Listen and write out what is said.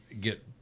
get